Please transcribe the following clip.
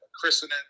christening